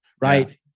right